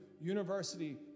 university